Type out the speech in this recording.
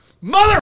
Mother